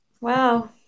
Wow